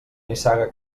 nissaga